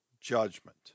judgment